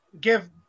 give